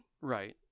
Right